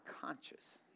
conscious